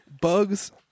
Bugs